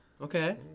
okay